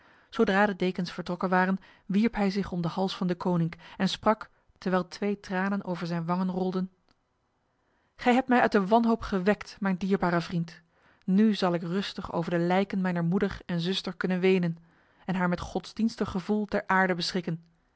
zodra de dekens vertrokken waren wierp hij zich om de hals van deconinck en sprak terwijl twee tranen over zijn wangen rolden gij hebt mij uit de wanhoop gewekt mijn dierbare vriend nu zal ik rustig over de lijken mijner moeder en zuster kunnen wenen en haar met godsdienstig gevoel ter aarde beschikken